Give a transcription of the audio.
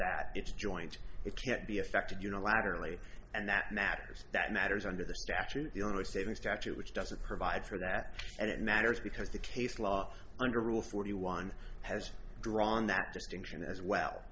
that it's joint it can't be affected unilaterally and that matters that matters under the statute the only saving statute which doesn't provide for that and it matters because the case law under rule forty one has drawn that distinction as